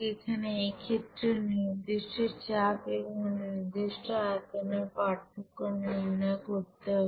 এখানে এই ক্ষেত্রে নির্দিষ্ট চাপ এবং নির্দিষ্ট আয়তনের পার্থক্য নির্ণয় করতে হবে